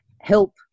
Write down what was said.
help